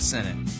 Senate